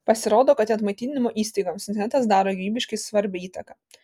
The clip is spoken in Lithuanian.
pasirodo kad net maitinimo įstaigoms internetas daro gyvybiškai svarbią įtaką